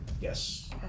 Yes